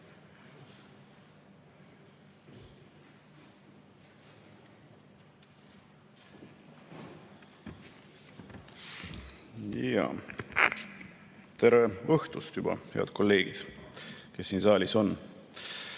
Tere õhtust, head kolleegid, kes siin saalis on!